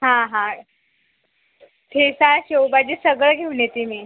हां हां ठेचा शेवभाजी सगळं घेऊन येते मी